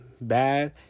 bad